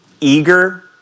eager